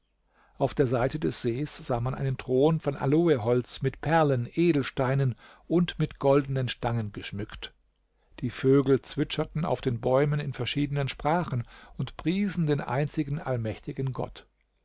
auf der seite des sees sah man einen thron von aloeholz mit perlen edelsteinen und mit goldenen stangen geschmückt die vögel zwitscherten auf den bäumen in verschiedenen sprachen und priesen den einzigen allmächtigen gott